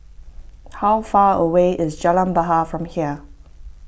how far away is Jalan Bahar from here